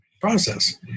process